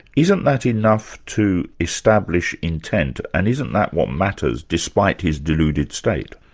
isn't that enough to establish intent, and isn't that what matters, despite his deluded state.